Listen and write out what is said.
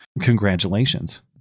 Congratulations